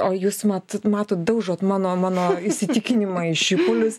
o jūs mat matot daužot mano mano įsitikinimą į šipulius